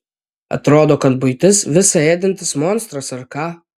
atrodo kad buitis visa ėdantis monstras ar ką